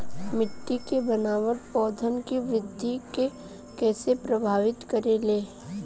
मिट्टी के बनावट पौधन के वृद्धि के कइसे प्रभावित करे ले?